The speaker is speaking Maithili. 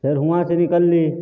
फेर हुआँसे निकलली